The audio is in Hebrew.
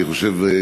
אני חושב,